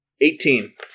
eighteen